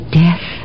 death